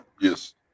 Yes